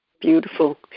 beautiful